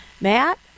Matt